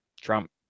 Trump